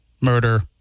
murder